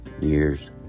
years